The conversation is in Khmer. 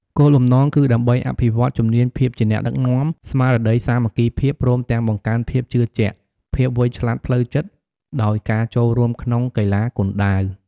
គោលបំណងគឺដើម្បីអភិវឌ្ឍជំនាញភាពជាអ្នកដឹកនាំ ស្មារតីសាមគ្គីភាព ព្រមទាំងបង្កើនភាពជឿជាក់ ភាពវៃឆ្លាតផ្លូវចិត្ត ដោយការចូលរួមក្នុងកីឡាគុនដាវ។